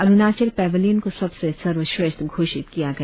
Arunachal pavilion को सबसे सर्वश्रेष्ठ घोषित किया गया